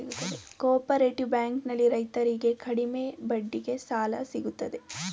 cooperative bank ನಲ್ಲಿ ರೈತರಿಗೆ ಕಡಿಮೆ ಬಡ್ಡಿಗೆ ಸಾಲ ಸಿಗುತ್ತದೆ